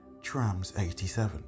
Trams87